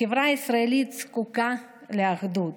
החברה הישראלית זקוקה לאחדות,